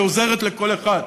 שעוזרת לכל אחד,